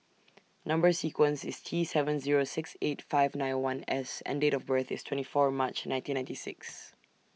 Number sequence IS T seven Zero six eight five nine one S and Date of birth IS twenty four March nineteen ninety six